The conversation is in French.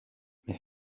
mais